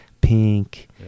Pink